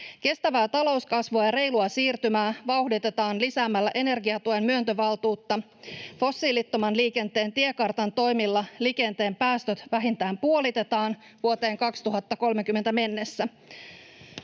Kestävää talouskasvua ja reilua siirtymää vauhditetaan lisäämällä energiatuen myöntövaltuutta. Fossiilittoman liikenteen tiekartan toimilla liikenteen päästöt vähintään puolitetaan vuoteen 2030 mennessä.